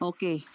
Okay